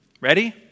Ready